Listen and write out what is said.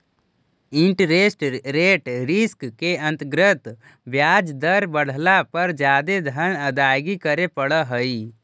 interest rate risk के अंतर्गत ब्याज दर बढ़ला पर जादे धन अदायगी करे पड़ऽ हई